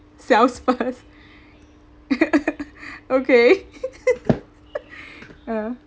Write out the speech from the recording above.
sells first okay uh